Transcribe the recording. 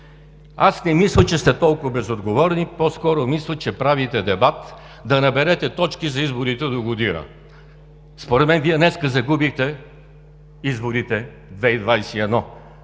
Аз не мисля, че сте толкова безотговорни. По-скоро мисля, че правите дебат да наберете точки за изборите догодина. Според мен Вие днес загубихте изборите 2021-а,